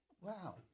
Wow